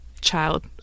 child